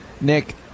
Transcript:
Nick